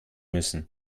müssen